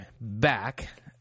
back